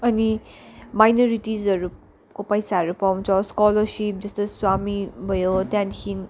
अनि माइनोरिटिसहरूको पैसाहरू पाउँछ स्कोलरसिप जस्तो स्वामी भयो त्यहाँदेखि